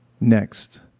Next